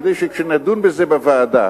כדי שכשנדון בזה בוועדה